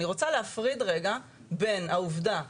אני רוצה להפריד רגע בין העובדה,